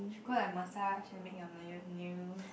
should go and massage and make your na~ nails